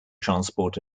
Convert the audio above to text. transport